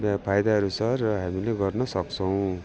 फाइदाहरू छ र हामीले गर्नसक्छौँ